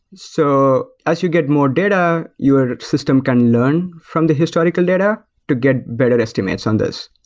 so as you get more data, your system can learn from the historical data to get better estimates on this.